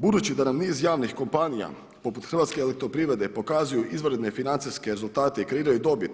Budući da nam niz javnih kompanija poput HEP-a pokazuju izvanredne financijske rezultate i kreiraju dobit,